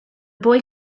boy